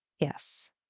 Yes